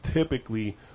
typically